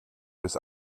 bis